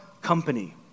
company